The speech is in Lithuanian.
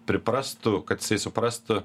priprastų kad jisai suprastų